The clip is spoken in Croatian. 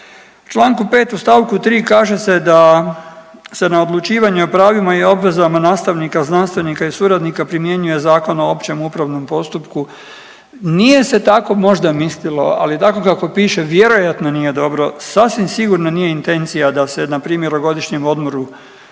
Članku 5. u stavku 3. kaže se da se na odlučivanje o pravima i obvezama nastavnika znanstvenika i suradnika primjenjuje Zakon o općem upravnom postupku, nije se tako možda mislilo ali tako kako piše vjerojatno nije dobro. Sasvim sigurno nije intencija da se npr. o godišnjem odmoru